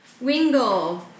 Wingle